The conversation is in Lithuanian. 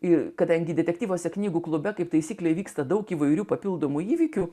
ir kadangi detektyvuose knygų klube kaip taisyklė įvyksta daug įvairių papildomų įvykių